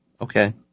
Okay